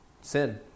sin